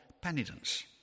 penitence